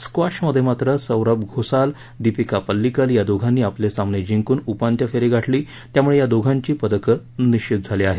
क्वॉशमध्ये मात्र सौरव घोसाल दीपीका पल्लीकल या दोघांनी आपले सामने जिंकून उपांत्य फेरी गाठली त्यामुळे या दोघांची पदक निश्चित झाली आहे